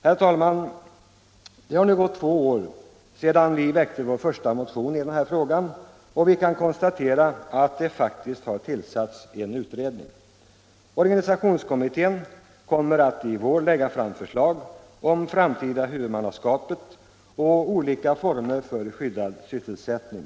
Herr talman! Det har nu gått två år sedan vi väckte vår första motion i den här frågan, och vi kan konstatera att det faktiskt har tillsatts en utredning. Organisationskommittéen kommer att i vår lägga fram förslag om det framtida huvudmannaskapet och olika former för skyddad sysselsättning.